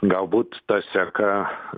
galbūt ta seka